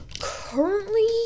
Currently